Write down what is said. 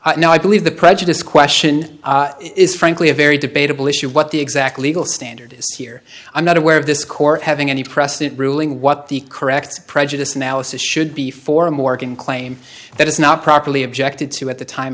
now i believe the prejudice question is frankly a very debatable issue what the exact legal standard is here i'm not aware of this court having any precedent ruling what the correct prejudiced analysis should be for morgan claim that it's not properly objected to at the time